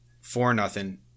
Four-nothing